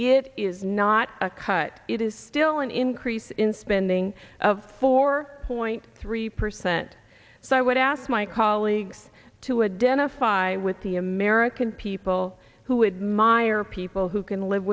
it is not a cut it is still an increase in spending of four point three percent so i would ask my colleagues to a dentist by with the american people who admire people who can live